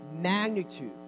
magnitude